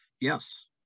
yes